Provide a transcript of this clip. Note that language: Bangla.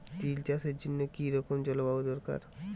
তিল চাষের জন্য কি রকম জলবায়ু দরকার?